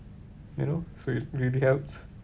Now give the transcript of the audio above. you know so it really helps